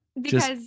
Because-